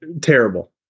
Terrible